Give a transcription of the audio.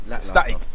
static